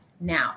now